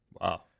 Wow